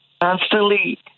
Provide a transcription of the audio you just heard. constantly